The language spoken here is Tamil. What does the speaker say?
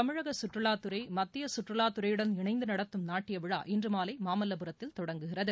தமிழக சுற்றுலாத் சுதுறை மத்திய சுற்றுலாத்துறையுடன் இணைந்து நடத்தும் நாட்டிய விழா இன்றுமாலை மாமல்லபுரத்தில் தொடங்குகிறது